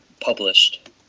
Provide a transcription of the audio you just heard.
published